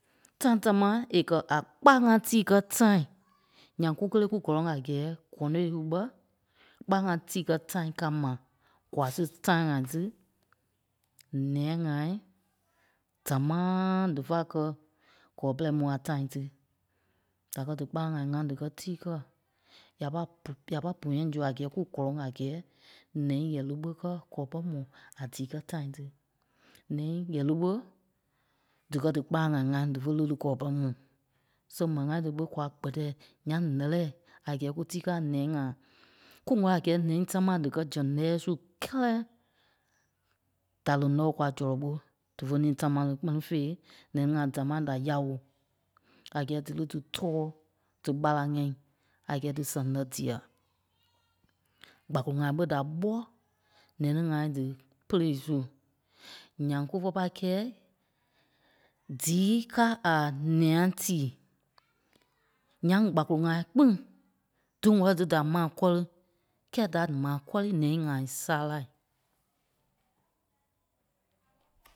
tãi táma è kɛ̀ a kpâlaŋ ŋá tii kɛ́ tãi, ǹyaŋ kú kélee kú gɔ́lɔŋ a gɛ́ɛ gɔ̂nei su ɓɛ́, kpâlaŋ ŋá tii kɛ́ tãi káa mà, kwaa sí tãi ŋai tí nɛyâa ŋai dámaaa dífa kɛ̀ kɔlɔ pɛrɛi mu a tãi tí. Da kɛ́ dí kpâlaŋ ŋai ŋá díkɛ tíi kɛ, ya pâi bu- ya pâi bɔ̃yɛɛi zu a gɛ́ɛ kú gɔ́lɔŋ a gɛ́ɛ nɛi ɣɛɛlu ɓé kɛ̀ kɔlɔ pɛrɛ mu a díi kɛ́ tãi tí, nɛi ɣɛɛlu ɓé díkɛ dí kpâlaŋ ŋai ŋá dífe lì ní kɔlɔ pɛrɛ mu. So m̀ɛni ŋai tí ɓé kwa pâi gbɛtɛi ǹyaŋ nɛ́lɛɛi a gɛ́ɛ kú tíi kɛ́ a nɛi ŋai. Kú mo a gɛ́ɛ nɛi támaa díkɛ zɛŋ lɛ́ɛi su kɛ́lɛ, da loŋ nɔ́ ɓé kwa zɔlɔ ɓó dafe niî táma ní kpɛ́ni fêi, nɛi ŋai dámaa da yaoi a gɛ́ɛ dí lí dí tɔ́ɔ dí ɓarâŋ ŋɛ́i a gɛ́ɛ dí sɛŋ lɛ́ dîa. Gbakolo ŋai ɓé da ɓɔ́ nɛni ŋai dí pêlei su. Ǹyaŋ kúfe pâi kɛ̂i díi káa a nɛyâa tii. Ǹyaŋ gbakolo ŋai kpîŋ dí ŋ̀wɛli dí da ma kɔ́ri, kɛ́ɛ da m̀aa kɔ́rii nɛnî ŋai sârai.